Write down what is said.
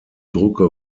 drucke